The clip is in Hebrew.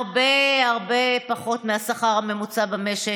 הרבה הרבה פחות מהשכר הממוצע במשק,